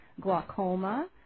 glaucoma